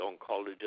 oncologist